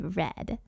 red